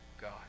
God